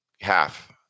half